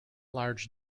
large